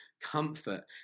comfort